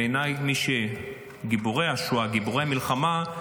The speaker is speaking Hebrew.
בעיניי גיבורי השואה, גיבורי המלחמה,